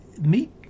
meet